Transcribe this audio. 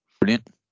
Brilliant